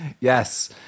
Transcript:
Yes